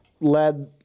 led